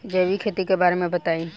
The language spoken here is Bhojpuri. जैविक खेती के बारे में बताइ